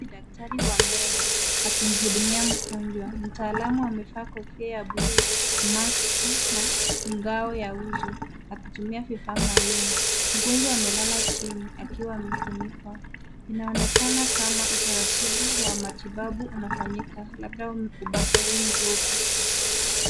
Daktari wa meno akimhudumia mgonjwa . Mtaalamu amevaa kofia ya bluu , maski na ngao ya uso akitumia vifaa maalum. Mgonjwa amelala chini akiwa amefunikwa. Inaonekana kama utaratibu wa matibabu unafanyika, labda upasuaji mdogo.